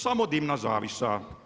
Samo dimna zavjesa.